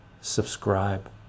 subscribe